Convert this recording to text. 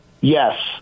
Yes